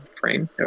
frame